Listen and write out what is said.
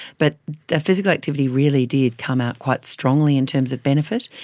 but physical activity really did come out quite strongly in terms of benefit.